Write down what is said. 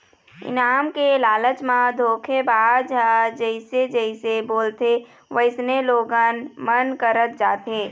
इनाम के लालच म धोखेबाज ह जइसे जइसे बोलथे वइसने लोगन मन करत जाथे